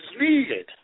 needed